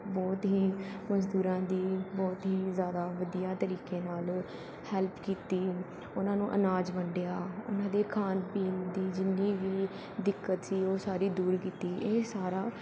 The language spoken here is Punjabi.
ਬਹੁਤ ਹੀ ਮਜ਼ਦੂਰਾਂ ਦੀ ਬਹੁਤ ਹੀ ਜ਼ਿਆਦਾ ਵਧੀਆ ਤਰੀਕੇ ਨਾਲ ਹੈਲਪ ਕੀਤੀ ਉਹਨਾਂ ਨੂੰ ਅਨਾਜ ਵੰਡਿਆ ਉਹਨਾਂ ਦੇ ਖਾਣ ਪੀਣ ਦੀ ਜਿੰਨੀ ਵੀ ਦਿੱਕਤ ਸੀ ਉਹ ਸਾਰੀ ਦੂਰ ਕੀਤੀ ਇਹ ਸਾਰਾ